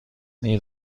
این